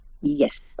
Yes